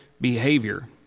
behavior